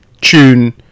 tune